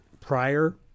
prior